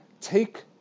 Take